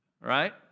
Right